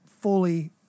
fully